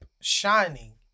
shining